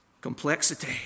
complexity